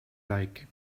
like